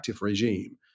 regime